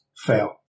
Fail